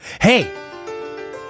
Hey